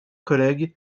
collègues